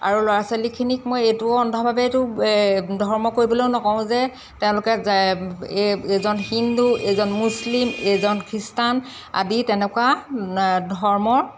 আৰু ল'ৰা ছোৱালীখিনিক মই এইটোও অন্ধভাৱেইটো ধৰ্ম কৰিবলৈও নকওঁ যে তেওঁলোকে এইজন হিন্দু এইজন মুছলিম এইজন খ্ৰীষ্টান আদি তেনেকুৱা ধৰ্মৰ